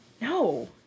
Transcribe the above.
No